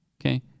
Okay